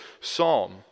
psalm